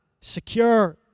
Secure